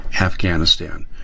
Afghanistan